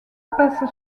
passe